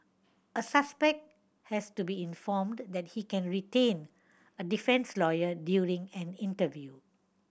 a suspect has to be informed that he can retain a defence lawyer during an interview